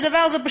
כי הדבר הזה,